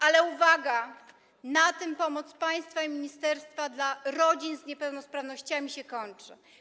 Ale uwaga, na tym pomoc państwa i ministerstwa dla rodzin z niepełnosprawnościami się kończy.